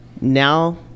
now